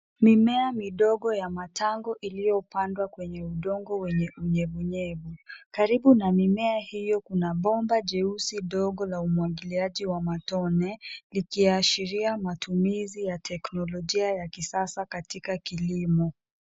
Mimea madogo ya matango iliyopandwa kwenye udongo wenye unyevunyevu. Karibu na mimea hiyo kuna bomba jeusi dogo la umwagiliaji wa matone likiashiria matumizi ya teknolojia ya kisasa katika kilimo.